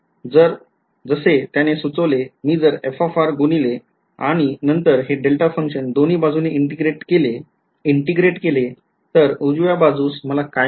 तर जसे त्याने सुचवले मी जर f गुणले आणि नंतर हे डेल्टा function दोन्ही बाजूने integrate केले तर उजव्या बाजूस मला काय मिळेल